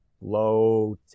low